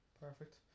Perfect